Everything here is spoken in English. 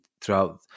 throughout